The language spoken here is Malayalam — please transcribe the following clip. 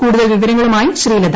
കൂടുതൽ വിവരങ്ങളുമായി ശ്രീലത